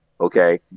Okay